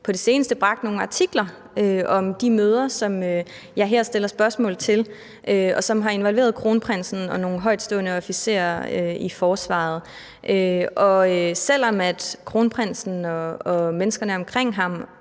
på det seneste har bragt nogle artikler om de møder, jeg her stiller spørgsmål om, som har involveret kronprinsen og nogle højtstående officerer i forsvaret. Selv om kronprinsen og menneskerne omkring ham